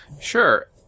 Sure